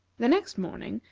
the next morning,